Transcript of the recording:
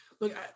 look